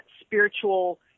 spiritual